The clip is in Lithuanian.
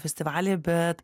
festivaly bet